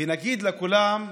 ונגיד לכולם: